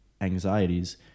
anxieties